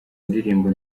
indirimbo